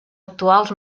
actuals